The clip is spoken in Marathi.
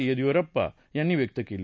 येदियुरप्पा यांनी व्यक्त केली